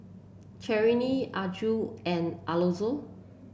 Cherelle Arjun and Alonzo